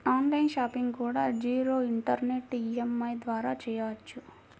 on line shopping కూడా zero interest EMI ద్వారా చెయ్యొచ్చు